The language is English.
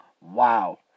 Wow